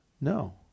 No